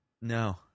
No